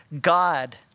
God